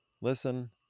listen